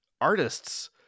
artists